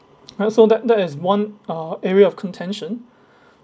hence so that that is one uh area of contention